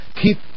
keep